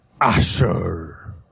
Asher